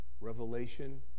Revelation